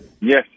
Yes